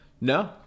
No